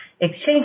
exchange